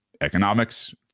economics